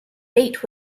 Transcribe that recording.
date